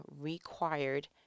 required